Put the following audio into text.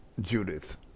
Judith